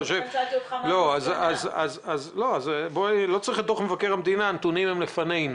לא צריך את דוח מבקר המדינה, הנתונים לפנינו.